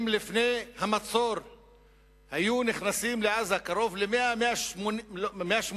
אם לפני המצור היו נכנסים לעזה 180 183